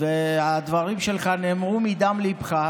הדברים שלך נאמרו מדם ליבך,